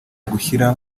ugushyira